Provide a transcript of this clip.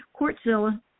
Courtzilla